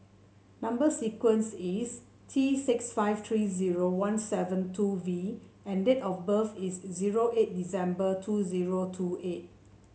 number sequence is T six five three zero one seven two V and date of birth is zero eight December two zero two eight